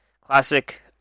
classic